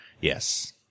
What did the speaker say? Yes